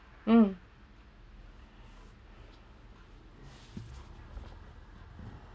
mm